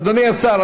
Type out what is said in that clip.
אדוני השר,